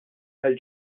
tal